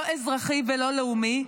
לא אזרחי ולא לאומי,